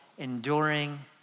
Enduring